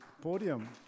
podium